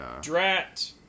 Drat